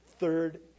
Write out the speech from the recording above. third